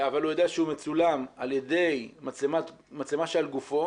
אבל הוא יודע שהוא מצולם על ידי מצלמה שעל גופו